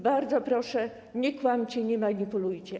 Bardzo proszę, nie kłamcie, nie manipulujcie.